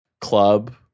club